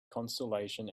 consolation